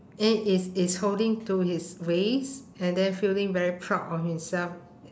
eh is is holding to his waist and then feeling very proud of himself